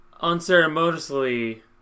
unceremoniously